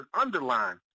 underline